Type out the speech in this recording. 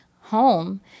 home